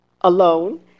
alone